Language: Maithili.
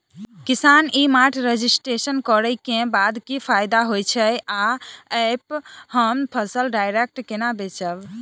किसान ई मार्ट रजिस्ट्रेशन करै केँ बाद की फायदा होइ छै आ ऐप हम फसल डायरेक्ट केना बेचब?